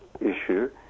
issue